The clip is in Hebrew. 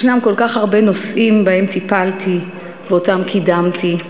יש כל כך הרבה נושאים שטיפלתי בהם וקידמתי אותם,